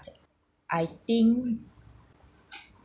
I think